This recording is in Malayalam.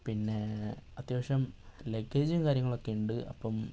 പിന്നേ അത്യാവശ്യം ലഗേജും കാര്യങ്ങളൊക്കെ ഉണ്ട് അപ്പം